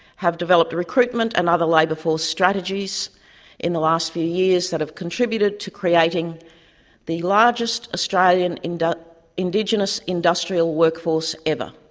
have developed recruitment and other labour force strategies in the last few years that have contributed to creating the largest australian but indigenous industrial workforce ever.